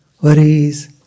worries